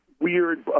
weird